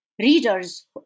Readers